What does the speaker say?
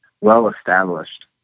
well-established